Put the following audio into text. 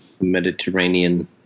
Mediterranean